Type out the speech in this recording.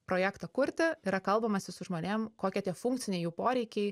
projektą kurti yra kalbamasi su žmonėm kokie tie funkciniai jų poreikiai